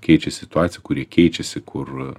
keičia situaciją kur ji keičiasi kur